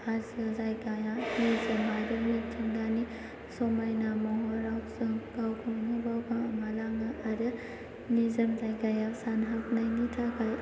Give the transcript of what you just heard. हाजो जायगाया निजोम आरो मिथिंगानि समायना महराव जों गावखौनो गाव बावगोमालाङो आरो निजोम जायगायाव सानहाबनायनि थाखाय